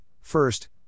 first